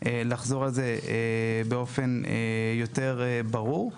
לחזור על זה באופן יותר ברור.